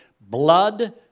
blood